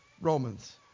Romans